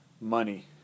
money